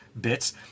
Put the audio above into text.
bits